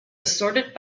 assorted